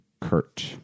Kurt